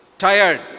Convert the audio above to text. Tired